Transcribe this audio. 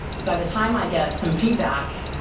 by the time i get some feedback,